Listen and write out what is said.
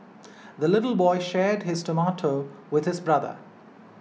the little boy shared his tomato with his brother